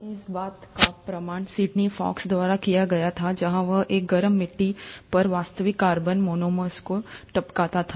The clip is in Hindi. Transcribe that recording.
और इस बात का प्रमाण सिडनी फॉक्स द्वारा दिया गया था जहां वह एक गर्म मिट्टी पर वास्तविक कार्बनिक मोनोमर्स को टपकाता था